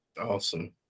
Awesome